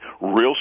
real